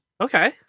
Okay